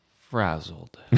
frazzled